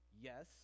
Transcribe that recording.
Yes